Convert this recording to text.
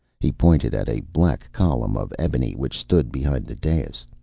he pointed at a black column of ebony which stood behind the dais.